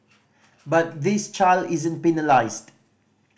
but this child isn't penalised